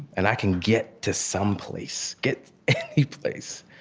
and i can get to some place, get any place,